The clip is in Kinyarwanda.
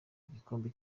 gikombe